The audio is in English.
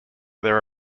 their